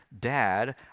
dad